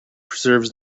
preserves